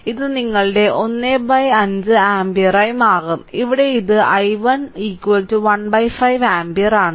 ഇത് നിങ്ങളുടെ 15 ആമ്പിയറായി മാറും ഇവിടെ ഇത് i1 15 ആമ്പിയർ ആണ്